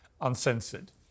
Uncensored